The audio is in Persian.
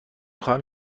خواهم